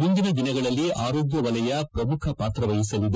ಮುಂದಿನ ದಿನಗಳಲ್ಲಿ ಆರೋಗ್ನವಲಯ ಪ್ರಮುಖ ಪಾತ್ರ ವಹಿಸಲಿದೆ